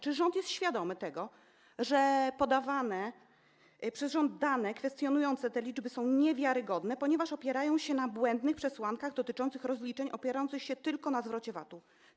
Czy rząd jest świadomy tego, że podawane przez rząd dane kwestionujące te liczby są niewiarygodne, ponieważ opierają się na błędnych przesłankach dotyczących rozliczeń tylko na podstawie zwrotu VAT-u?